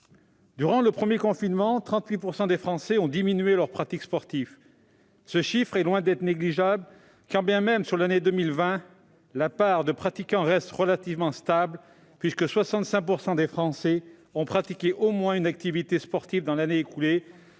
Durant le premier confinement, 38 % des Français ont diminué leur pratique sportive. Ce chiffre est loin d'être négligeable, même si, sur l'année 2020, la part de pratiquants reste relativement stable, puisque 65 % des Français ont pratiqué au moins une activité sportive dans l'année écoulée,